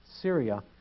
Syria